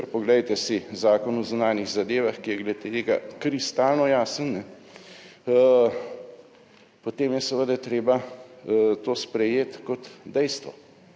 kar poglejte si Zakon o zunanjih zadevah, ki je glede tega kristalno jasen. Potem je seveda treba to sprejeti kot dejstvo.